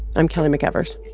i'm kelly mcevers